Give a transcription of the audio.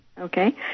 Okay